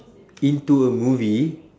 into a movie